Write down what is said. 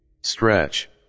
stretch